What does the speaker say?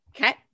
Okay